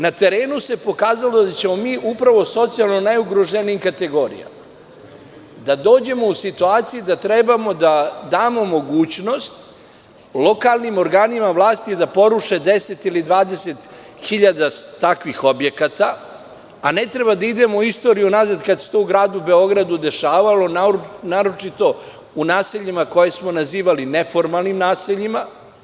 Na terenu se pokazalo da ćemo upravo socijalno najugroženije kategorije da dovedemo u situaciju da trebamo da damo mogućnost lokalnim organima vlasti da poruše 10 ili 20 hiljada takvih objekata, a ne treba da idemo u istoriju unazad, kada se to u Gradu Beogradu dešavalo, naročito u naseljima koje smo nazivali neformalnim naseljima.